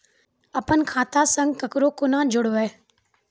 अपन खाता संग ककरो कूना जोडवै?